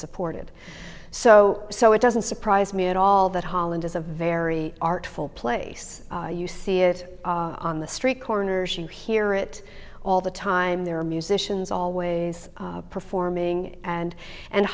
supported so so it doesn't surprise me at all that holland is a very artful place you see it on the street corners and hear it all the time there are musicians always performing and and